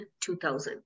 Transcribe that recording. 2000